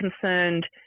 concerned